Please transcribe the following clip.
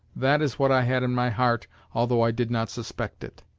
that is what i had in my heart although i did not suspect it